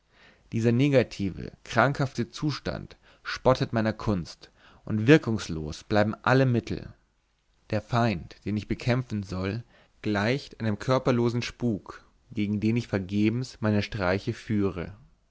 dieser negative krankhafte zustand spottet meiner kunst und wirkungslos bleiben alle mittel der feind den ich bekämpfen soll gleicht einem körperlosen spuk gegen den ich vergebens meine streiche führe